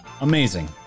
amazing